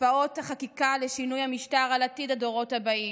השפעות החקיקה לשינוי המשטר על עתיד הדורות הבאים,